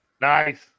Nice